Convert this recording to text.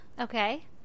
Okay